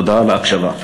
תודה על ההקשבה.